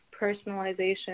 personalization